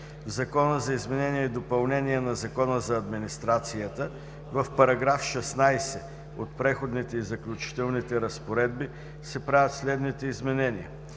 В Закона за изменение и допълнение на Закона за администрацията (обн., ДВ, бр. …) в § 16 от Преходните и заключителните разпоредби се правят следните изменения: